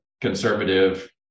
conservative